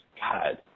God